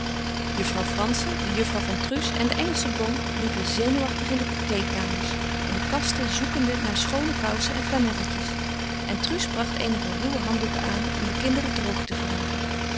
juffrouw frantzen de juffrouw van truus en de engelsche bonne liepen zenuwachtig in de kleedkamers in de kasten zoekende naar schoone kousen en flanelletjes en truus bracht eenige ruwe handdoeken aan om de kinderen droog te wrijven